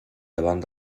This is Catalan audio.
davant